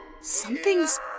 Something's